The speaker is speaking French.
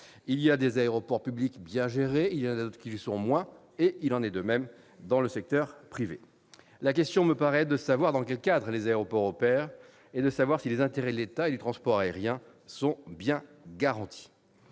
Il y a des aéroports publics bien gérés et d'autres qui le sont moins ; il en est de même dans le secteur privé. La question me paraît être : dans quel cadre les aéroports opèrent-ils, et les intérêts de l'État et du transport aérien sont-ils bien garantis